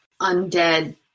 undead